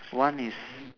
one is